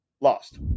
Lost